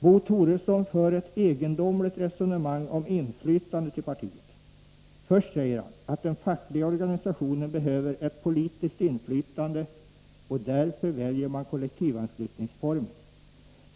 Bo Toresson för ett egendomligt resonemang om inflytandet i partiet. Först säger han att den fackliga organisationen behöver ett politiskt inflytande, därför väljer man kollektivanslutningsformen.